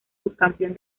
subcampeón